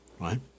right